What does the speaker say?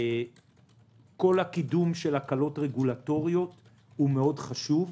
כל הקידום של הקלות רגולטוריות הוא מאוד חשוב.